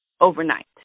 overnight